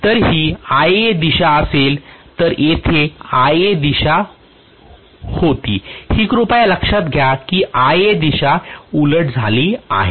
तर ही Ia दिशा असेल तर येथे Ia दिशा होती ही कृपया लक्षात घ्या की Ia दिशा उलट झाली आहे